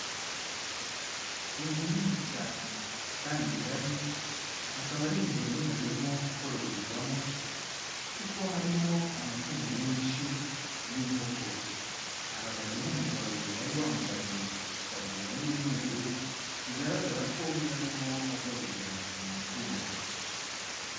Inzu nini cyane kandi ngari, akaba ari inzu yagenewemo kororerwamo kuko harimo amatungo menshi y'inkoko. Hahagazemo umugabo wari wambaye itaburiya y'umweru, bigaragara ko yari arimo agaburira aya matungo.